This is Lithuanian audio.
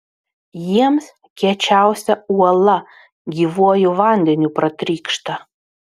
jiems kiečiausia uola gyvuoju vandeniu pratrykšta